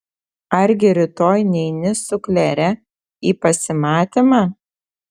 argi rytoj neini su klere į pasimatymą